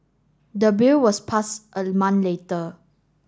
the bill was pass a month later